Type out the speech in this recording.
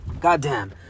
Goddamn